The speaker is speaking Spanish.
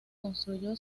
construyó